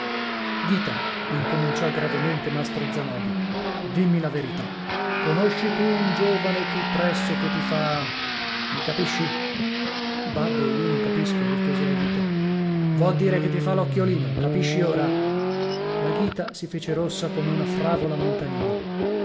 ghita incominciò gravemente mastro zanobi dimmi la verità conosci tu un giovane qui presso che ti fa mi capisci babbo io non capisco rispose la ghita vo dire che ti fa l'occhiolino capisci ora la ghita si fece rossa come una fravola montanina